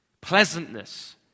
pleasantness